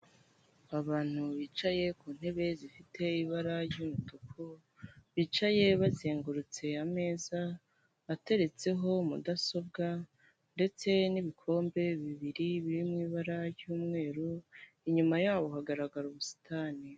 Abantu bicaye ku ntebe zifite ibara ry'umutuku, bicaye bazengurutse ameza ateretseho mudasobwa ndetse n'ibikombe bibiri biri mu ibara ry'umweru, inyuma yabo hagaragara ubusitani.